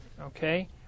okay